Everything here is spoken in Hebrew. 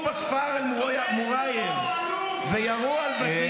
בכפר אל מוע'ייר וירו על בתים -- תומך טרור עלוב.